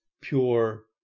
pure